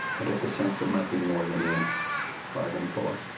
i get the sense it might be more than you bargained for.